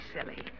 silly